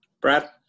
Brad